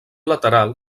lateral